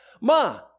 Ma